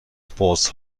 sports